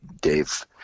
Dave